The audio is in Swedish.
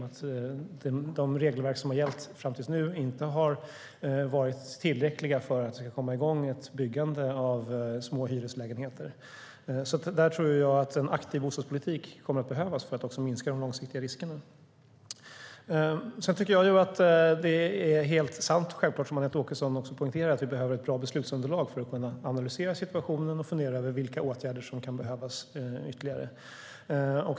De regelverk som gällt fram till nu har inte varit tillräckliga för att det ska komma igång ett byggande av små hyreslägenheter. Jag tror att det kommer att behövas en aktiv bostadspolitik för att också minska de långsiktiga riskerna. Det är helt sant som Anette Åkesson poängterar att vi behöver ett bra beslutsunderlag för att kunna analysera situationen och fundera över vilka ytterligare åtgärder som kan behöva vidtas.